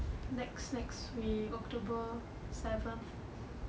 next next week october seventh